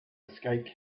escape